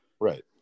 Right